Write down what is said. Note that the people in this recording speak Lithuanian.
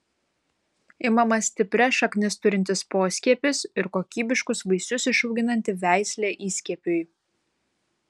imamas stiprias šaknis turintis poskiepis ir kokybiškus vaisius išauginanti veislė įskiepiui